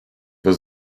was